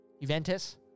Juventus